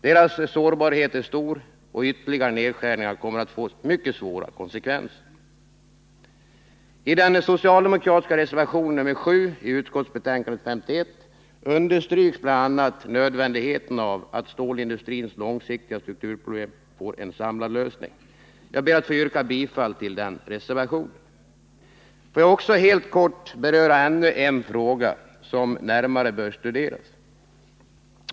Deras sårbarhet är stor, och ytterligare nedskärningar kommer att få mycket svåra konsekvenser. kande 51, understryks bl.a. nödvändigheten av att specialstålsindustrins långsiktiga strukturproblem får en samlad lösning. Jag ber att få yrka bifall till den reservationen. Jag vill sedan också helt kort beröra ännu en fråga som närmare bör studeras.